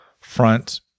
front